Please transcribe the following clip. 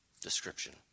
description